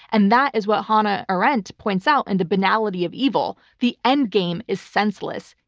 and that is what hannah arendt points out in the banality of evil. the endgame is senseless.